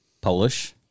Polish